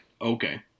Okay